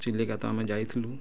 ଚିଲିକା ତ ଆମେ ଯାଇଥିଲୁ